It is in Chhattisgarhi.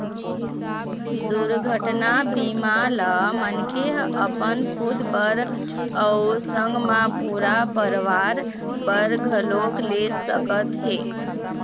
दुरघटना बीमा ल मनखे ह अपन खुद बर अउ संग मा पूरा परवार बर घलोक ले सकत हे